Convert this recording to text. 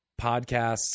podcasts